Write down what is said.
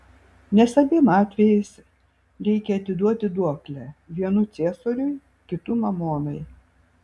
nes abiem atvejais reikia atiduoti duoklę vienu ciesoriui kitu mamonai